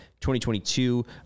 2022